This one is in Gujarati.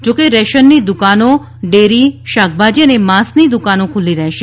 જોકે રેશનની દુકાનો ડેરી શાકભાજી અને માંસની દુકાનો ખુલ્લી રહેશે